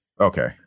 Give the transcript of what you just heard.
Okay